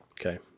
Okay